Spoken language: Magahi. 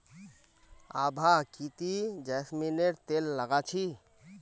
आभा की ती जैस्मिनेर तेल लगा छि